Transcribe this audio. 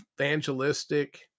Evangelistic